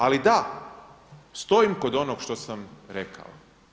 Ali da, stojim kod onoga što sam rekao.